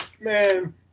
Man